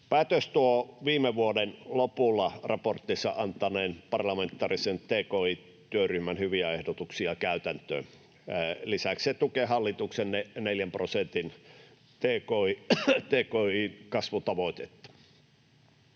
Päätös tuo viime vuoden lopulla raporttinsa antaneen parlamentaarisen tki-työryhmän hyviä ehdotuksia käytäntöön. Lisäksi se tukee hallituksen neljän prosentin tki-kasvutavoitetta.